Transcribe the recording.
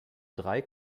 drei